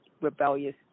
rebellious